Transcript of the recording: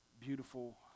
beautiful